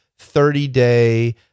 30-day